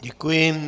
Děkuji.